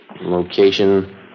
Location